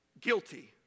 guilty